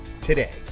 today